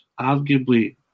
arguably